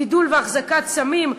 גידול והחזקת סמים,